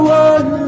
one